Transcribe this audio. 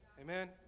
Amen